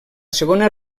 segona